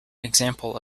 example